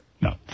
No